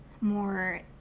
more